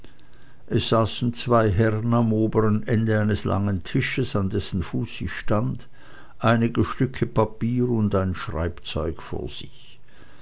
saßen zwei herren am obern ende eines langen tisches an dessen fuß ich stand einige stücke papier und ein schreibzeug vor sich